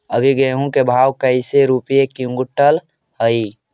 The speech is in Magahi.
अभी गेहूं के भाव कैसे रूपये क्विंटल हई?